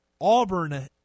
Auburn